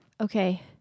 Okay